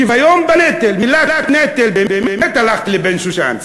שוויון בנטל, המילה "נטל", באמת הלכתי לאבן-שושן.